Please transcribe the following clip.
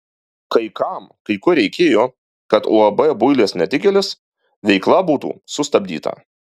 kai kam kai kur reikėjo kad uab builis netikėlis veikla būtų sustabdyta